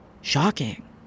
Shocking